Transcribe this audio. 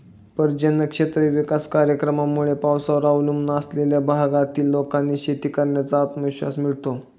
पर्जन्य क्षेत्र विकास कार्यक्रमामुळे पावसावर अवलंबून असलेल्या भागातील लोकांना शेती करण्याचा आत्मविश्वास मिळतो